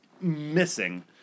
missing